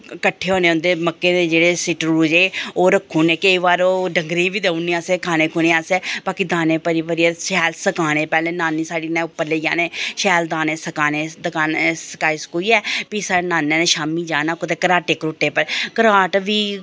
कट्टे होने जेह्ड़े मक्कें दे जेह्ड़े सिटरू जेह् ओह् रक्खी ओड़ने केईं बारी ओह् डंगरें गी बी देई ओड़ने असें खाने खूने आस्तै बाकी दाने भरी भरियै शैल सकाने पैहलें नानी साढ़ी ने उप्पर लेई जाने शैल दाने सकाने सकाई सकुई फ्ही साढ़े नानै ने जाना शाम्मी कुदै घराटे घरूटे पर घराट बी